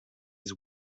his